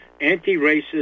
anti-racist